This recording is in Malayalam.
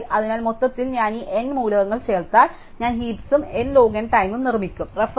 അതിനാൽ മൊത്തത്തിൽ ഞാൻ ഈ N മൂലകങ്ങൾ ചേർത്താൽ ഞാൻ ഹീപ്സും N ലോഗ് N ടൈമും നിർമ്മിക്കും